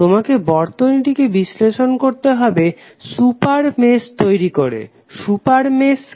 তোমাকে বর্তনীটিকে বিশ্লেষণ করতে হবে সুপার মেশ তৈরি করে সুপার মেশ মানে কি